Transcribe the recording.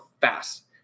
fast